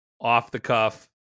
off-the-cuff